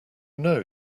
know